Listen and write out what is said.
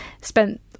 spent